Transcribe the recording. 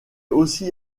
aussi